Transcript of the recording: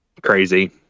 crazy